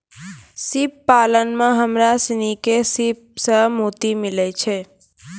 सिप पालन में हमरा सिनी के सिप सें मोती मिलय छै